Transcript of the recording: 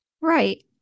Right